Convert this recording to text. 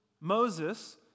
Moses